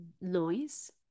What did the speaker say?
noise